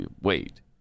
Wait